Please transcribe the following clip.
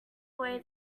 away